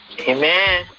Amen